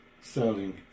selling